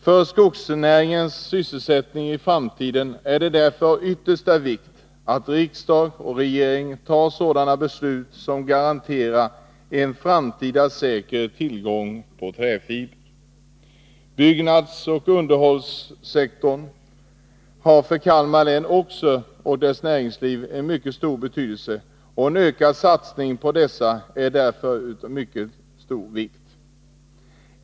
För skogsnäringens sysselsättning i framtiden är det därför av yttersta vikt att riksdag och regering tar sådana beslut som garanterar en framtida säker tillgång på träfiber. Byggnadsoch underhållssektorn har för Kalmar län och dess näringsliv en mycket stor betydelse. En ökad satsning på dessa är därför av mycket stor vikt.